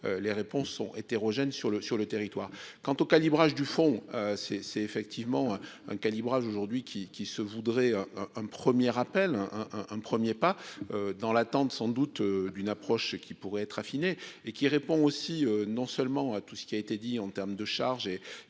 les réponses sont hétérogènes sur le, sur le territoire, quant au calibrage du fond, c'est, c'est effectivement un calibrage aujourd'hui qui qui se voudrait un premier appel, hein, un 1er pas dans l'attendent sans doute d'une approche qui pourrait être affiné et qui répond aussi non seulement à tout ce qui a été dit en termes de charges et